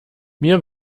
mir